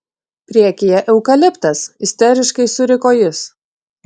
priekyje eukaliptas isteriškai suriko jis